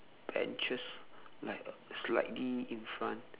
benches like slightly in front